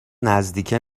نزدیکه